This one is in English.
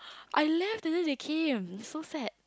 I left and then they came so sad